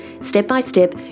Step-by-step